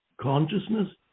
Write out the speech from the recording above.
consciousness